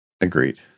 Agreed